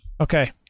Okay